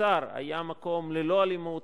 קצר היה מקום ללא אלימות,